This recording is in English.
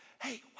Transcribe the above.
Hey